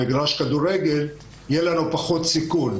מגרש כדורגל יהיה לנו פחות סיכון,